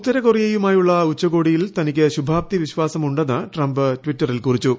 ഉത്തരകൊറിയയുമായുള്ള ഉച്ചകോടിയിൽ തനിക്ക് ശുഭാപ്തി വിശ്വാസമുണ്ടെന്ന് ട്രംപ് ടിറ്ററിൽ കുറിച്ചു